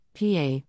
PA